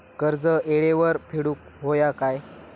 कर्ज येळेवर फेडूक होया काय?